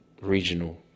regional